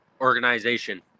organization